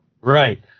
Right